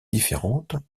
différentes